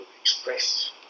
express